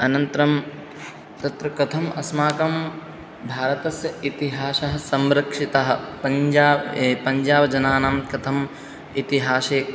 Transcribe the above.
अनन्तरं तत्र कथम् अस्माकं भारतस्य इतिहासः संरक्षितः पञ्जाब् पञ्जाब् जनानां कथं इतिहासे